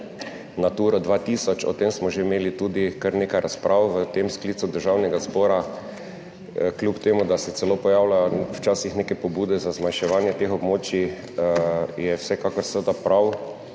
Naturo 2000, o tem smo že imeli tudi kar nekaj razprav v tem sklicu Državnega zbora. Kljub temu, da se celo pojavljajo včasih neke pobude za zmanjševanje teh območij, je vsekakor seveda prav,